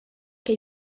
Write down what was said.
che